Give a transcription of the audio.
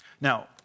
Now